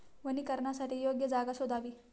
वनीकरणासाठी योग्य जागा शोधावी